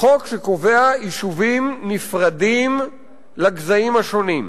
חוק שקובע יישובים נפרדים לגזעים השונים.